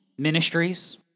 Ministries